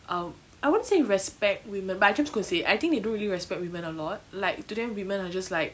um I won't say respect women but I'm just going to say it I think they don't really respect women a lot like to them women are just like